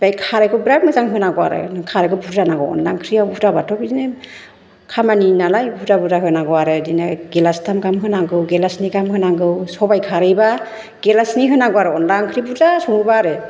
बे खारैखौ बिराथ मोजां होनांगौ आरो खारैखौ बुरजा नांगौ अनला ओंख्रियाव बुरजाबाथ' बिदिनो खामानि नालाय बुरजा बुरजा होनांगौ आरो बिदिनो गेलासथाम गाहाम होनांगौ गेलासनै गाहाम होनांगौ सबाइ खारैबा गेलासनै होनांगौ आरो अनला ओंख्रि बुरजा सङोबा आरो